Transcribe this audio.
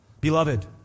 beloved